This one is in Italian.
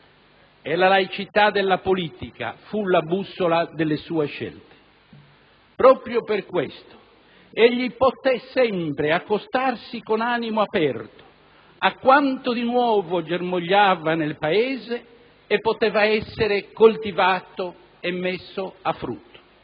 e la laicità della politica fu la bussola delle sue scelte. Proprio per questo egli poté sempre accostarsi con animo aperto a quanto di nuovo germogliava nel Paese e poteva essere coltivato e messo a frutto.